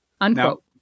Unquote